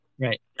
Right